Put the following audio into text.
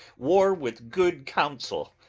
war with good counsel,